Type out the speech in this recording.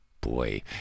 boy